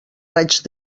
raig